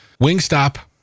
Wingstop